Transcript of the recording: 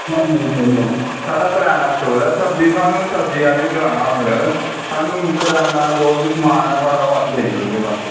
आं जी साढ़ा किरायना स्टोर ऐ थाह्नूं सब्ज़ी सब्ज़ी आह्ली दुकानां उप्पर गै मिलग ते थाह्नूं किरायना दा जो बी समान ऐ ओह् थाह्नूं देई ओड़ग सारा जो बी